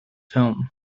film